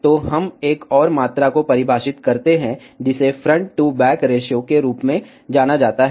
तो हम एक और मात्रा को परिभाषित करते हैं जिसे फ्रंट टू बैक रेश्यो के रूप में जाना जाता है